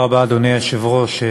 אדוני היושב-ראש,